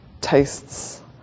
tastes